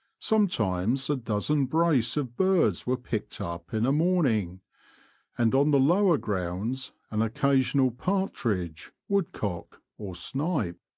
sometimes a dozen brace of birds were picked up in a morning and, on the lower grounds, an occasional partridge, wood cock, or snipe.